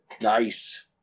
Nice